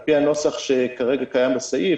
על פי הנוסח שכרגע קיים בסעיף,